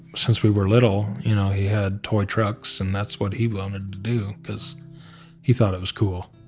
since we were little you know he had toy trucks and that's what he wanted to do cause he thought it was cool,